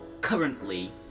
currently